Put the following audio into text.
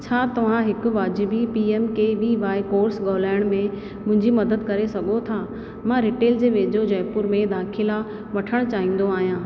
छा तव्हां हिकु वाजिबी P M K V Y course ॻोल्हाइण में मुंहिंजी मदद करे सघो था मां रीटेल जे वेझो जयपुर में दाख़िला वठणु चाहींदो आहियां